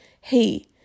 Hey